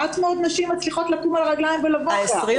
מעט מאוד נשים מצליחות לקום על הרגליים ולבוא אחרי ארבע שעות.